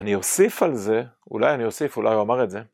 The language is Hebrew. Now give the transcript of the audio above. אני אוסיף על זה, אולי אני אוסיף, אולי הוא אמר את זה.